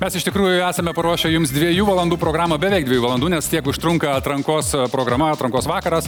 mes iš tikrųjų esame paruošę jums dviejų valandų programą beveik dviejų valandų nes tiek užtrunka atrankos programa atrankos vakaras